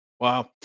Wow